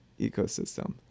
ecosystem